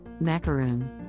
macaroon